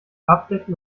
abdecken